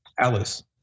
Alice